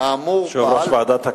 האמור פעל, יושב-ראש ועדת הכלכלה,